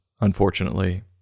unfortunately